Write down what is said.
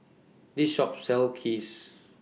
This Shop sells Kheer